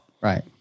Right